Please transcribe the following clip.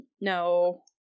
No